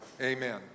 amen